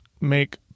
make